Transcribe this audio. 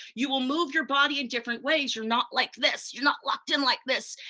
you will move your body in different ways. you're not like this, you're not locked in like this.